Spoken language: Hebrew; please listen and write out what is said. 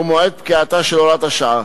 שהוא מועד פקיעתה של הוראת השעה.